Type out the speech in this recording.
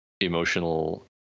emotional